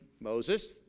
Moses